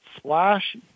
slash